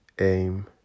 aim